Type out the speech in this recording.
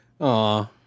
Aw